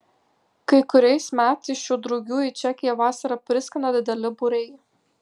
kai kuriais metais šių drugių į čekiją vasarą priskrenda dideli būriai